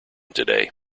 today